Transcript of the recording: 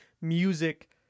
music